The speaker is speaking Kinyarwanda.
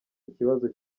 ikibazo